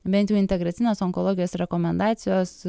bent jau integracinės onkologijos rekomendacijos